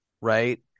right